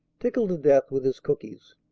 tickled to death with his cookies.